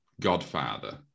Godfather